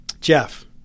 Jeff